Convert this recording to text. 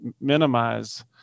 minimize